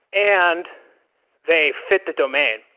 and they fit the domain.